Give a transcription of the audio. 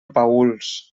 paüls